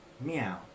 meow